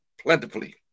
plentifully